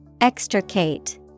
Extricate